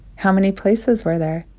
how many places were there?